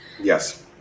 Yes